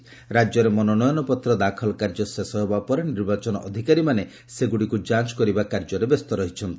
ରାକ୍ୟରେ ମନୋନୟନପତ୍ର ଦାଖଲ କାର୍ଯ୍ୟ ଶେଷ ହେବା ପରେ ନିର୍ବାଚନ ଅଧିକାରୀମାନେ ସେଗୁଡ଼ିକୁ ଯାଞ୍ଚ କରିବା କାର୍ଯ୍ୟରେ ବ୍ୟସ୍ତ ରହିଛନ୍ତି